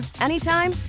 anytime